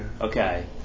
Okay